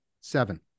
seven